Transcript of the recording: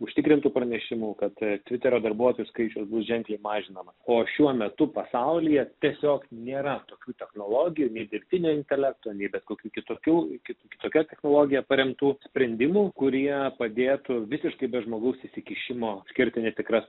užtikrintai pranešimų katė tviterio darbuotojų skaičių bus ženkliai mažinama o šiuo metu pasaulyje tiesiog nėra tokių technologijų nei dirbtinio intelekto nei bet kokių kitokių kitų tokia technologija paremtų sprendimų kurie padėtų visiškai be žmogaus įsikišimo skirti netikras